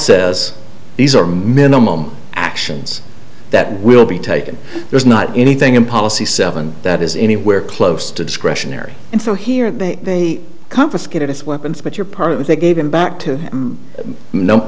says these are minimum actions that will be taken there's not anything in policy seven that is anywhere close to discretionary and so here they confiscate it it's weapons but you're part of it they gave him back to no